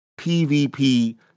PvP